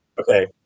Okay